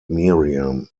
miriam